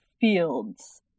fields